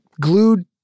glued